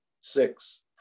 Six